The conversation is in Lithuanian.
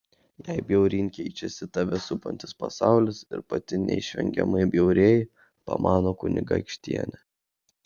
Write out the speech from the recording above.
jei bjauryn keičiasi tave supantis pasaulis ir pati neišvengiamai bjaurėji pamano kunigaikštienė